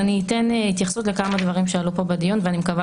אני אתן התייחסות לכמה דברים שעלו פה בדיון ואני מקווה